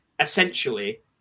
essentially